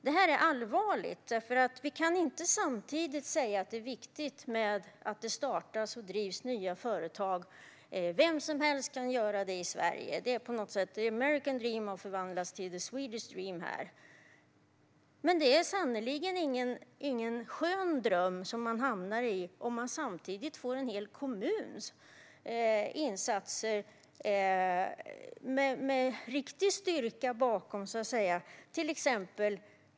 Det här är allvarligt, för vi kan inte samtidigt som detta sker säga att det är viktigt att det startas och drivs nya företag och att vem som helst kan göra det i Sverige. The American dream har förvandlats till the Swedish dream. Men det är sannerligen ingen skön dröm man hamnar i om man samtidigt får en hel kommun med riktig styrka bakom som konkurrent.